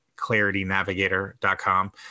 claritynavigator.com